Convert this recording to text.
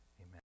Amen